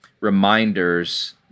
reminders